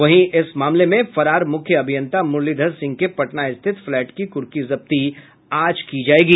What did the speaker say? वहीं इस मामले में फरार मुख्य अभियंता मुरलीधर सिंह के पटना स्थित फ्लैट की कुर्की जब्ती आज की जायेगी